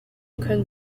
können